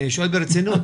אני שואל ברצינות.